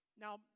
Now